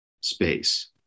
space